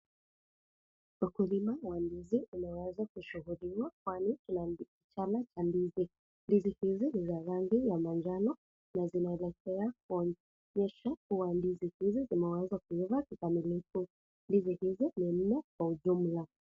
Ukulima wa ndizi umeweza kushuhudiwa pale kuna kichana cha ndizi. Ndizi hizi ni za rangi ya manjano na zinaelekea kuonyesha kuwa ndizi hizi zimeweza kuiva kikamilifu. Ndizi hizi ni muhimu kwa ujumla.